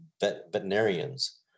veterinarians